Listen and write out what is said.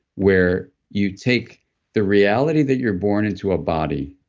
where you take the reality that you're born into a body